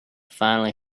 finally